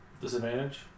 Disadvantage